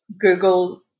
google